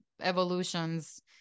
evolutions